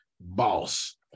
Boss